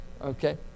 Okay